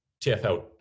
TFL